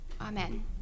Amen